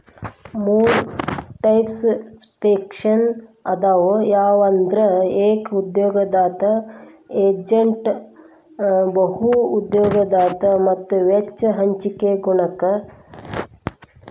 ಮೂರ್ types pension ಅದಾವ ಯಾವಂದ್ರ ಏಕ ಉದ್ಯೋಗದಾತ ಏಜೇಂಟ್ ಬಹು ಉದ್ಯೋಗದಾತ ಮತ್ತ ವೆಚ್ಚ ಹಂಚಿಕೆ ಗುಣಕ